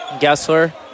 Gessler